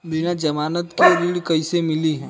बिना जमानत के ऋण कईसे मिली?